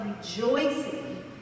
rejoicing